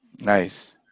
Nice